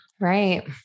Right